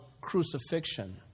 crucifixion